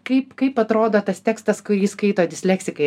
kaip kaip atrodo tas tekstas kurį skaito disleksikai